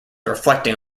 reflecting